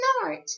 snort